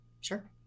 Sure